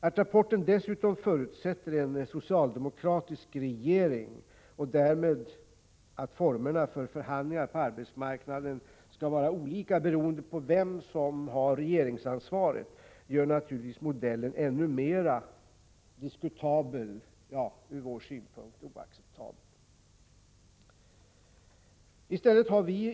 Att rapporten dessutom förutsätter en socialdemokratisk regering och att formerna för att förhandlingar på arbetsmarknaden därmed skall anpassas till vem som har regeringsansvaret, gör naturligtvis modellen ännu mer diskutabel och från vår synpunkt oacceptabel.